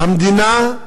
המדינה,